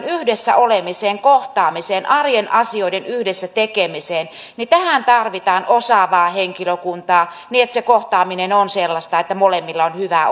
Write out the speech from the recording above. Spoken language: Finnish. yhdessä olemiseen kohtaamiseen arjen asioiden yhdessä tekemiseen tarvitaan osaavaa henkilökuntaa niin että se kohtaaminen on sellaista että molemmilla on hyvä